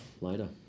later